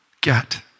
get